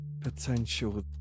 potential